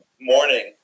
morning